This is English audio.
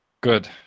Good